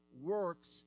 works